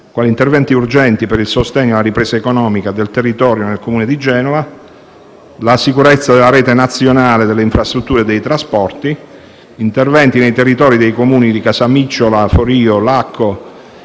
gli interventi urgenti per il sostegno e la ripresa economica del territorio del Comune di Genova; la sicurezza della rete nazionale delle infrastrutture e dei trasporti; gli interventi nei territori dei Comuni di Casamicciola, Forio, Lacco